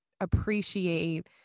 appreciate